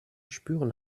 spüren